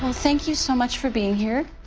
ah thank you so much for being here.